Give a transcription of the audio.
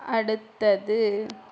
அடுத்தது